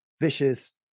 vicious